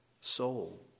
soul